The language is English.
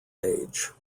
age